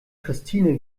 christine